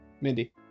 Mindy